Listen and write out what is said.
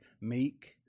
meek